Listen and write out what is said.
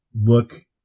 look